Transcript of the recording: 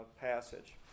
passage